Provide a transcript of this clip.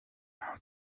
how